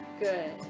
good